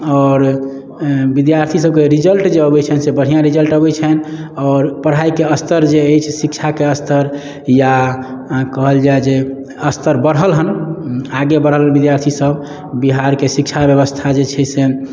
आओर विद्यार्थी सबके रिजल्ट जे अबै छनि से बढ़िआँ रिजल्ट अबै छनि आओर पढ़ाइके स्तर जे अछि शिक्षाके स्तर या कहल जाइ जे स्तर बढ़ल हेँ आगे बढ़ल हेँ विद्यार्थीसब बिहारके शिक्षा बेबस्था जे छै से